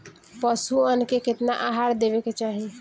पशुअन के केतना आहार देवे के चाही?